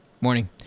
Morning